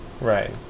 Right